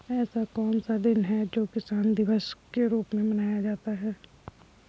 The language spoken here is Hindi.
ऐसा कौन सा दिन है जो किसान दिवस के रूप में मनाया जाता है?